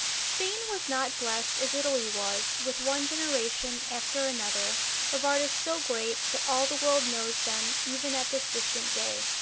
spain was not blessed as italy was with one generation after another of artists so great that all the world knows them even at this distant day.